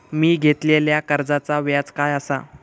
मी घेतलाल्या कर्जाचा व्याज काय आसा?